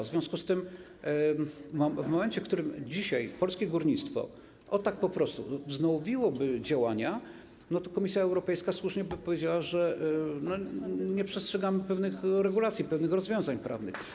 W związku z tym dzisiaj w momencie, w którym polskie górnictwo tak po prostu wznowiłoby działania, Komisja Europejska słusznie by powiedziała, że nie przestrzegamy pewnych regulacji, pewnych rozwiązań prawnych.